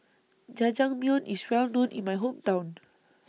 Jajangmyeon IS Well known in My Hometown